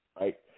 right